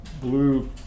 blue